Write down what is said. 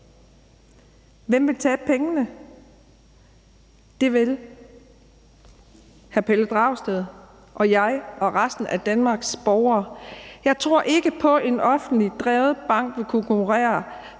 Hvem ville tabe penge? Det ville hr. Pelle Dragsted og jeg og resten af Danmarks borgere. Jeg tror ikke på, at en offentligt drevet bank ville kunne konkurrere